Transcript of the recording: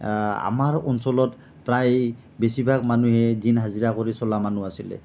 আমাৰ অঞ্চলত প্ৰায় বেছিভাগ মানুহেই দিন হাজিৰা কৰি চলা মানুহ আছিলে